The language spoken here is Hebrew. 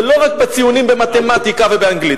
ולא רק ציונים במתמטיקה ובאנגלית.